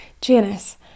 Janice